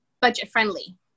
budget-friendly